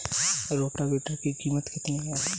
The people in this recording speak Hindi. रोटावेटर की कीमत कितनी है?